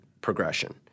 progression